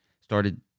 started